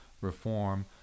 reform